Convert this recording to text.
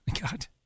God